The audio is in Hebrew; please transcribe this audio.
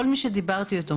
כל מי שדיברתי אתו,